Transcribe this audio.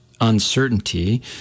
uncertainty